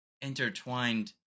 intertwined